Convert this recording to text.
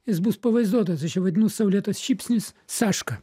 jis bus pavaizduotas aš jį vadinu saulėtas šypsnis saška